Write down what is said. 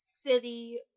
city